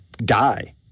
die